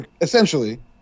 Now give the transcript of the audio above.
essentially